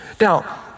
Now